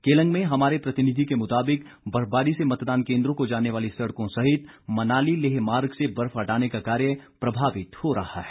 केलंग में हमारे प्रतिनिधि के मुताबिक बर्फबारी से मतदान केन्द्रों को जाने वाली सड़कों सहित मनाली लेह मार्ग से बर्फ हटाने का कार्य प्रभावित हो रहा है